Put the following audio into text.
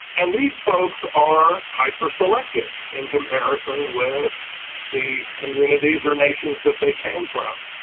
and these folks are hyper selected in comparison with the communities or nations that they came from.